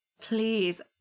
please